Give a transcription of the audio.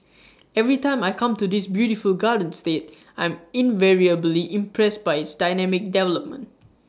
every time I come to this beautiful garden state I'm invariably impressed by its dynamic development